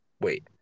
Wait